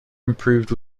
improved